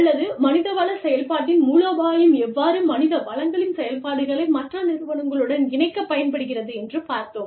அல்லது மனிதவள செயல்பாட்டின் மூலோபாயம் எவ்வாறு மனித வளங்களின் செயல்பாடுகளை மற்ற நிறுவனங்களுடன் இணைக்கப் பயன்படுகிறது என்று பார்த்தோம்